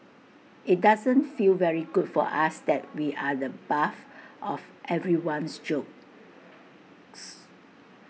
IT doesn't feel very good for us that we're the buff of everyone's jokes